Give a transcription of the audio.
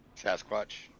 Sasquatch